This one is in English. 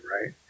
right